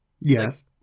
Yes